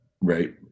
Right